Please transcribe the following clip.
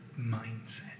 mindset